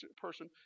person